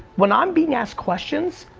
when i'm being asked questions,